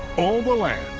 all the land,